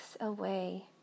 away